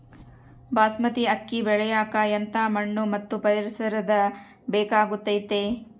ಬಾಸ್ಮತಿ ಅಕ್ಕಿ ಬೆಳಿಯಕ ಎಂಥ ಮಣ್ಣು ಮತ್ತು ಪರಿಸರದ ಬೇಕಾಗುತೈತೆ?